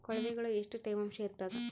ಕೊಳವಿಗೊಳ ಎಷ್ಟು ತೇವಾಂಶ ಇರ್ತಾದ?